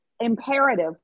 imperative